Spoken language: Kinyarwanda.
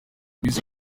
miss